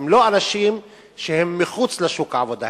והם לא אנשים שהם מחוץ לשוק העבודה.